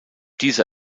diese